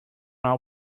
our